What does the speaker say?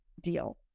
deal